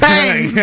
Bang